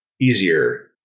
easier